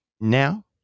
now